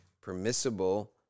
permissible